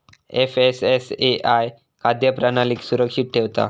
FSSAI खाद्य प्रणालीक सुरक्षित ठेवता